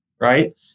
right